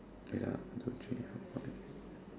ya two three four